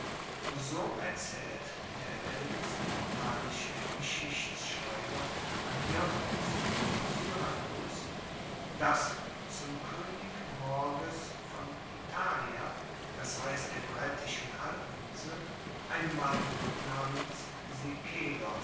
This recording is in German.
so erzaehlt der aelteste italische geschichtschreiber antiochos von syrakus dass zum koenig morges von italia d h der brettischen halbinsel ein mann namens